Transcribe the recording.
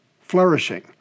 flourishing